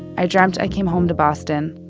i dreamt i came home to boston,